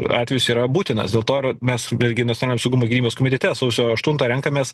atvejus yra būtinas dėl to ir mes vėlgi nacionalinio saugumo ir gynybos komitete sausio aštuntą renkamės